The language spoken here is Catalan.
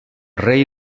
rei